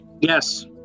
Yes